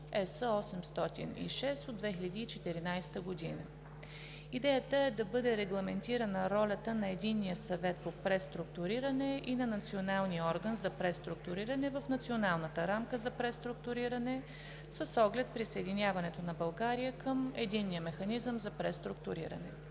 ЕС № 806 от 2014 г. Идеята е да бъде регламентирана ролята на Единния съвет по преструктуриране и на Националния орган за преструктуриране в Националната рамка за преструктуриране с оглед присъединяването на България към Единния механизъм за преструктуриране.